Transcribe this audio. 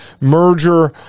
merger